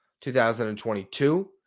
2022